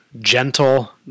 gentle